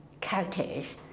characters